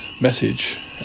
message